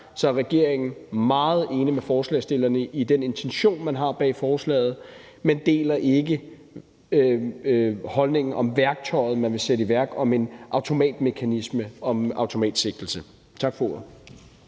er regeringen meget enig med forslagsstillerne i den intention, man har bag forslaget, men deler ikke holdningen om værktøjet, man vil sætte i værk med en automatmekanisme med automatsigtelse. Tak for ordet.